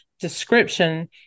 description